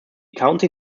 county